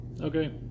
okay